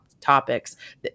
topics